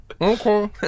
Okay